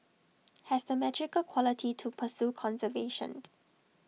has the magical quality to pursue conservation